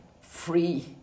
free